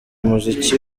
umuziki